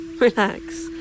Relax